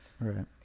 right